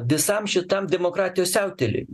visam šitam demokratijų siautelėjimui